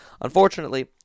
unfortunately